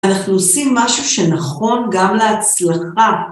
אנחנו עושים משהו שנכון גם להצלחה.